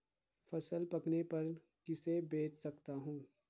फसल पकने पर किसे बेच सकता हूँ?